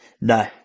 No